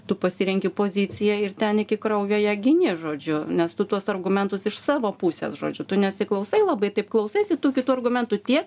tu pasirenki poziciją ir ten iki kraujo ją gini žodžiu nes tu tuos argumentus iš savo pusės žodžiu tu nesiklausai labai taip klausaisi tų kitų argumentų tiek